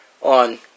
on